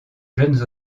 jeunes